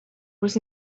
was